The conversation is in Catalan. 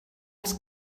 els